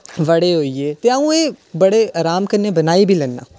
बड़े होई गे ते आ'ऊं एह् बड़े अराम कन्नै बनाई बी लैन्नां